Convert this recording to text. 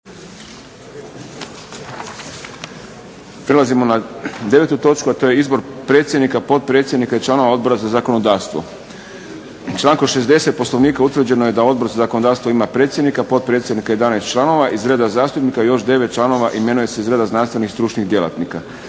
Prelazimo na 9. točku, a to je 9. Izbor predsjednika, potpredsjednika i članova Odbora za zakonodavstvo Člankom 60. Poslovnika utvrđeno je da Odbor za zakonodavstvo ima predsjednika, potpredsjednika i 11 članova iz reda zastupnika i još 9 članova imenuje se iz reda znanstvenih i stručnih djelatnika.